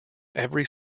every